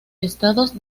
estados